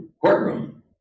courtroom